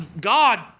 God